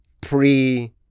pre